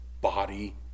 body